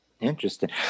Interesting